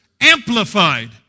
amplified